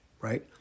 right